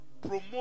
promote